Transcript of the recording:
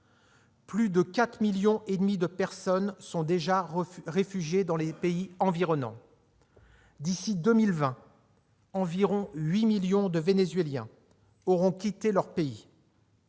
Plus de 4,5 millions de personnes sont déjà réfugiées dans les pays environnants. D'ici à 2020, environ 8 millions de Vénézuéliens auront quitté leur pays.